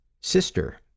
Sister